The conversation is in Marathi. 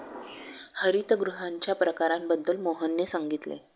हरितगृहांच्या प्रकारांबद्दल मोहनने सांगितले